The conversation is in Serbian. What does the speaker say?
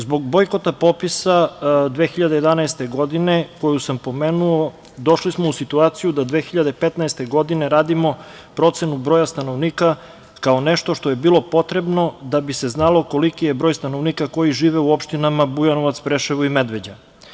Zbog bojkota popisa 2011. godine koju sam pomenuo, došli smo u situaciju da 2015. godine radimo procenu broja stanovnika kao nešto što je bilo potrebno da bi se znalo koliki je broj stanovnika koji živi u opštinama Bujanovac, Preševo i Medveđa.